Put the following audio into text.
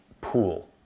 pool